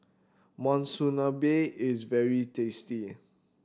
monsunabe is very tasty